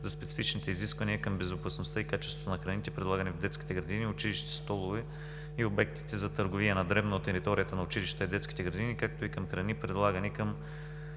за специфичните изисквания към безопасността и качеството на храните, предлагани в детските градини, училищните столове и обектите за търговия на дребно на територията на училищата и детските градини, както и към храни, предлагани при